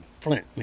Flint